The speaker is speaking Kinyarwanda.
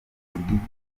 bw’igihugu